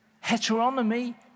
Heteronomy